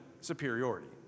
superiority